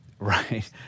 Right